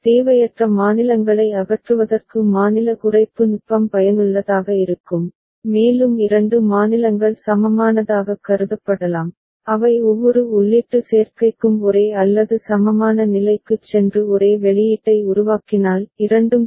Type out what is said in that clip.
தேவையற்ற மாநிலங்களை அகற்றுவதற்கு மாநில குறைப்பு நுட்பம் பயனுள்ளதாக இருக்கும் மேலும் இரண்டு மாநிலங்கள் சமமானதாகக் கருதப்படலாம் அவை ஒவ்வொரு உள்ளீட்டு சேர்க்கைக்கும் ஒரே அல்லது சமமான நிலைக்குச் சென்று ஒரே வெளியீட்டை உருவாக்கினால் இரண்டும் தேவை